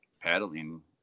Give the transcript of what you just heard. paddling